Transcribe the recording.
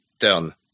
turn